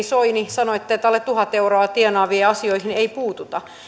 soini sanoitte että alle tuhat euroa tienaavien asioihin ei puututa